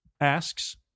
Asks